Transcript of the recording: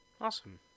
Awesome